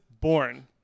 born